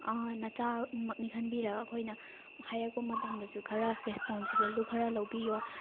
ꯅꯆꯥꯃꯛꯅꯤ ꯈꯟꯕꯤꯔꯒ ꯑꯩꯈꯣꯏꯅ ꯍꯥꯏꯔꯛꯄ ꯃꯇꯝꯗꯁꯨ ꯈꯔ ꯔꯦꯁꯄꯣꯟꯁꯤꯕꯜꯗꯣ ꯈꯔ ꯂꯧꯕꯤꯌꯣ